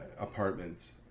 apartments